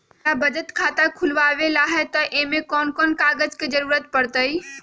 हमरा बचत खाता खुलावेला है त ए में कौन कौन कागजात के जरूरी परतई?